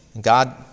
God